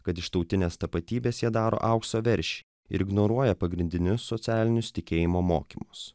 kad iš tautinės tapatybės jie daro aukso veršį ignoruoja pagrindinius socialinius tikėjimo mokymus